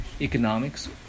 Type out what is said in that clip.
economics